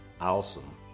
Awesome